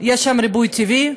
יש שם ריבוי טבעי,